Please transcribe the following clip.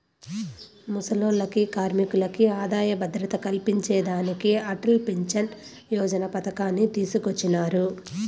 ముసలోల్లకి, కార్మికులకి ఆదాయ భద్రత కల్పించేదానికి అటల్ పెన్సన్ యోజన పతకాన్ని తీసుకొచ్చినారు